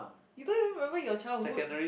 you don't even remember your childhood